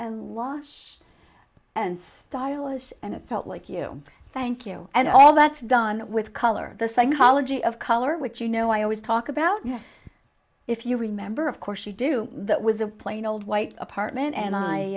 hard and stylish and it felt like you thank you and all that's done with color the psychology of color which you know i always talk about if you remember of course you do that was a plain old white apartment and i